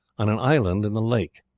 on an island in the lake.